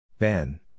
Ben